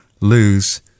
lose